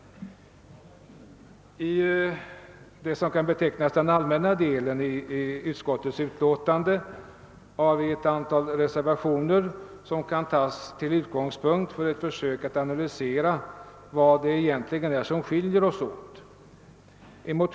Vid det som kan betecknas som den allmänna delen av statsutskottets utlåtande nr 103 har ett antal reservationer fogats som kan tas till utgångspunkt för ett försök att analysera vad det egentligen är som skiljer oss åt.